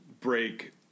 break